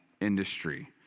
industry